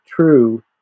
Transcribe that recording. true